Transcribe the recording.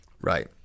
Right